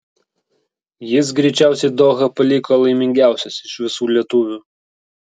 jis greičiausiai dohą paliko laimingiausias iš visų lietuvių